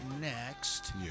next